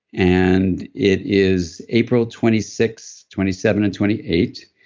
and it is april twenty six, twenty seven, and twenty eight.